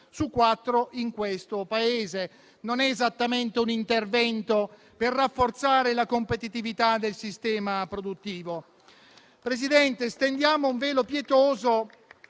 su quattro in questo Paese. Non è esattamente un intervento per rafforzare la competitività del sistema produttivo. Signor Presidente, stendiamo un velo pietoso